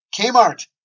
Kmart